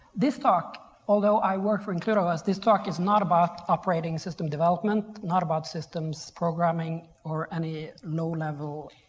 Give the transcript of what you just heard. this talk although i work for includeos, this talk is not about operating system development, not about systems programming or any low level